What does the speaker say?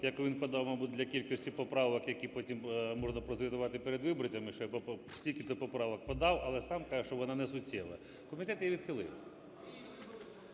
яку він подав, мабуть, для кількості поправок, які потім можна прозвітувати перед виборцями, що я стільки-то поправок подав, але сам каже, що вона несуттєва. Комітет її відхилив.